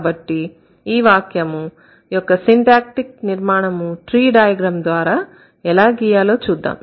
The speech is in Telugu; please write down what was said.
కాబట్టి ఈ వాక్యము యొక్క సిన్టాక్టీక్ నిర్మాణము ట్రీ డయాగ్రమ్ ద్వారా ఎలా గీయాలో చూద్దాం